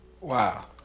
Wow